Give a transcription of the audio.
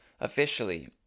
officially